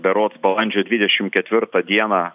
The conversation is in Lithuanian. berods balandžio dvidešimt ketvirtą dieną